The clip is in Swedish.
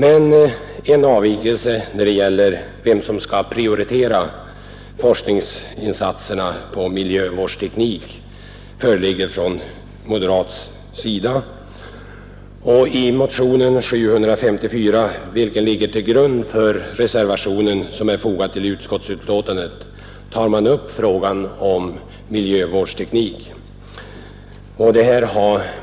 Men en avvikelse när det gäller vem som skall prioritera forskningsinsatserna på miljövårdsteknik föreligger från moderaternas sida. I motionen 754, vilken ligger till grund för reservationen 5 som är fogad vid utskottets betänkande, tar man upp frågan om miljövårdstekniken.